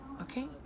okay